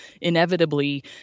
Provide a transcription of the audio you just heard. inevitably